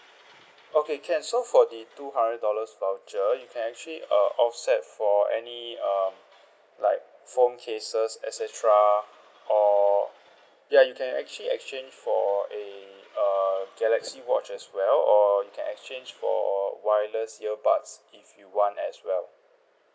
okay can so for the two hundred dollars voucher you can actually uh offset for any uh like phone cases et cetera or ya you can actually exchange for a uh galaxy watch as well or you can exchange for wireless ear buds if you want as well